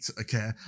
okay